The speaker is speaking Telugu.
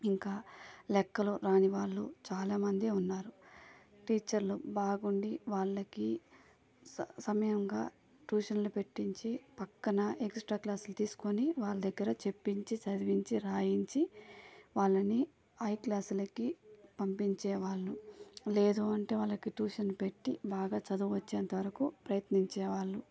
ఇంకా లెక్కలు రాని వాళ్ళు చాలామంది ఉన్నారు టీచర్లు బాగుండి వాళ్లకి స సమయంగా ట్యూషన్లు పెట్టించి పక్కన ఎక్స్ట్రా క్లాసులు తీసుకొని వాళ్ళ దగ్గర చెప్పించి చదివించి రాయించి వాళ్ళని హై క్లాసులకి పంపించేవాళ్ళు లేదు అంటే వాళ్ళకి ట్యూషన్ పెట్టి బాగా చదువు వచ్చేంతవరకు ప్రయత్నించే వాళ్ళు